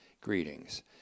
greetings